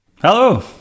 Hello